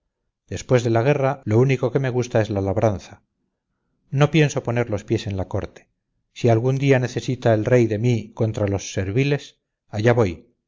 después de la guerra lo único que me gusta es la labranza no pienso poner los pies en la corte si algún día necesita el rey de mí contra los serviles allá voy